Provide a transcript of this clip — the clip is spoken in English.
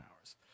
hours